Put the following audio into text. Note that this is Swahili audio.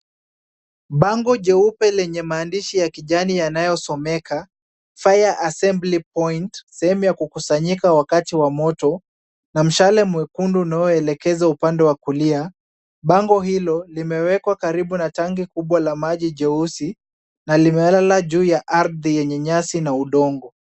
Bango jeupe lenye maandishi ya kijani yanayosomeka Fire assembly point sehemu ya kukusanyika wakati wa moto na mshale mwekundu unaoelekeza upande wa kulia. Bango hilo limewekwa karibu na tanki kubwa la maji jeusi na limelala juu ya ardhi yenye nyasi na udongo.